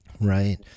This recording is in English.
Right